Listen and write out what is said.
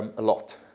um a lot.